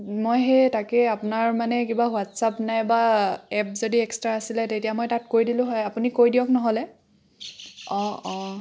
মই সেই তাকে আপোনাৰ মানে কিবা হোৱাটছাপ নাইবা এপ যদি এক্সট্ৰা আছিলে তেতিয়া মই তাত কৰি দিলোঁ হয় আপুনি কৰি দিয়ক নহ'লে অঁ অঁ